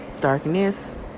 darkness